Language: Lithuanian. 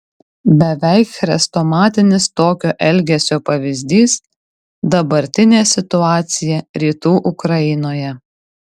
beveik chrestomatinis tokio elgesio pavyzdys dabartinė situacija rytų ukrainoje